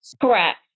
Correct